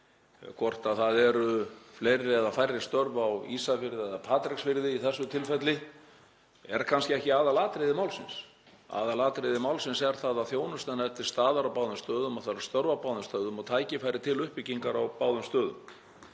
Hvort það eru fleiri eða færri störf á Ísafirði eða Patreksfirði í þessu tilfelli er kannski ekki aðalatriði málsins. Aðalatriði málsins er það að þjónustan er til staðar á báðum stöðum og það eru störf á báðum stöðum og tækifæri til uppbyggingar á báðum stöðum.